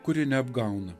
kuri neapgauna